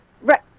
Right